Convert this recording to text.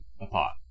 apart